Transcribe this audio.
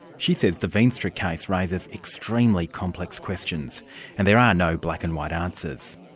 she says the veenstra case raises extremely complex questions and there are no black and white answers.